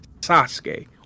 Sasuke